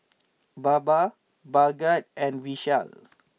Baba Bhagat and Vishal